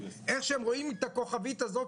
איך שהם רואים את הכוכבית הזאת,